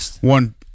one